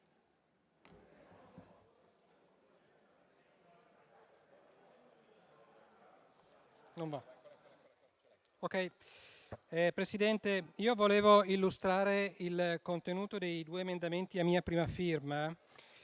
Presidente, vorrei illustrare il contenuto dei due emendamenti a mia prima firma